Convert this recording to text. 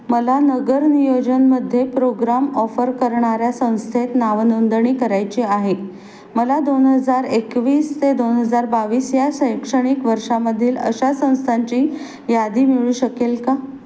मला नगर नियोजनमध्ये प्रोग्राम ऑफर करणाऱ्या संस्थेत नावनोंदणी करायची आहे मला दोन हजार एकवीस ते दोन हजार बावीस या शैक्षणिक वर्षामधील अशा संस्थांची यादी मिळू शकेल का